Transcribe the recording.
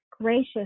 gracious